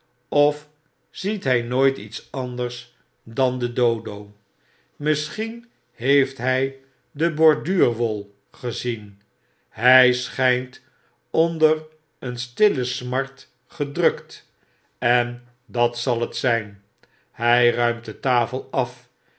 of ziet hij ooit iets anders dan den dodo misschien heeft hij de borduur wol gezien hij schijnt onder een stille smart gedrukt en dat zal het zijn hij ruimt de tafel af